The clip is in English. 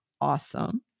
awesome